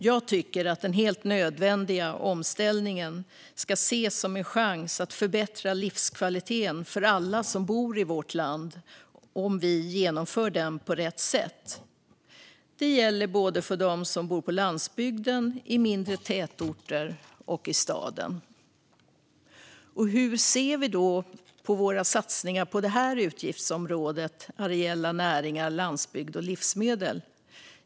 Jag tycker att den helt nödvändiga omställningen ska ses som en chans att förbättra livskvaliteten för alla som bor i vårt land, om vi genomför den på rätt sätt. Det gäller både dem som bor på landsbygden och i mindre tätorter och dem som bor i städer. Hur ser då våra satsningar ut på utgiftsområdet Areella näringar, landsbygd och livsmedel?